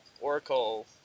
Oracle